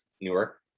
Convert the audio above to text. Newark